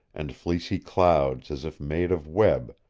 and fleecy clouds as if made of web,